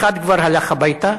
אחד כבר הלך הביתה,